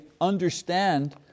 understand